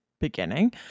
beginning